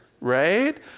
right